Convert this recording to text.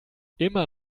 immer